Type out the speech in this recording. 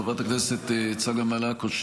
חברת הכנסת צגה מלקו,